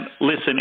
listen